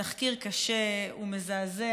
התחקיר קשה, מזעזע.